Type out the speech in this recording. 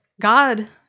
God